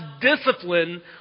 discipline